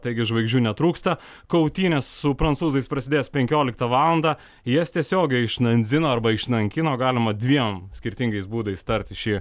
taigi žvaigždžių netrūksta kautynės su prancūzais prasidės penkioliktą valandą jas tiesiogiai iš nandzino arba iš nankino galima dviem skirtingais būdais tarti šį